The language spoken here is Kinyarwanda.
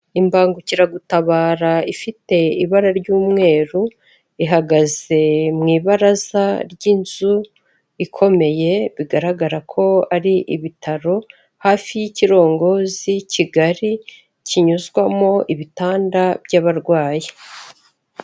Imbangukiragutabara ifite ibara ry'umweru ihagaze mu ibaraza ry'inzu ikomeye bigaragara ko ari ibitaro hafi y'ikirongozi kigari kinyuzwamo ibitanda by'abarwayi.